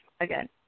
again